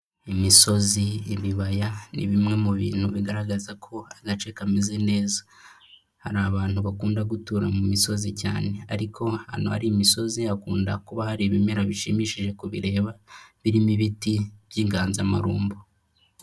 Imisozi, ibibaya, ni bimwe mu bintu bigaragaza ko agace kameze neza. Hari abantu bakunda gutura mu misozi cyane ariko ahantu hari imisozi hakunda kuba hari ibimera bishimishije kubireba, birimo ibiti by'inganzamarumbu.